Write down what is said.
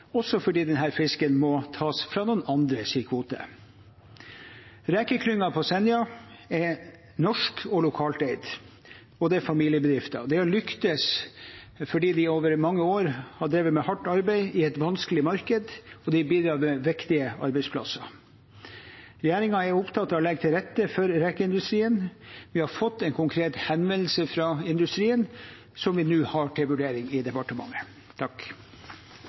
også fordi denne fisken må tas fra noen andres kvote. Rekeklyngen på Senja er norsk og lokalt eid. Det er familiebedrifter. Det har lyktes fordi de over mange år har drevet med hardt arbeid i et vanskelig marked, og de bidrar med viktige arbeidsplasser. Regjeringen er opptatt av å legge til rette for rekeindustrien. Vi har fått en konkret henvendelse fra industrien som vi nå har til vurdering i departementet.